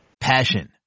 Passion